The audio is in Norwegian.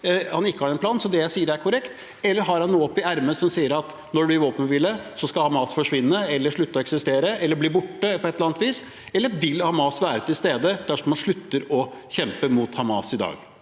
at han ikke har en plan, så det jeg sier, er korrekt, eller har han noe i ermet som sier at når det blir våpenhvile, skal Hamas forsvinne, slutte å eksistere eller bli borte på et eller annet vis? Eller vil Hamas være til stede dersom man slutter å kjempe mot Hamas i dag?